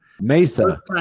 Mesa